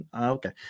okay